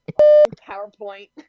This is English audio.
PowerPoint